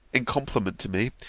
in compliment to me,